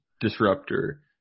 disruptor